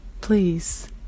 please